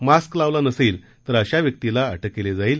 mask लावला नसेल तर अशा व्यक्तीला अटक केली जाईल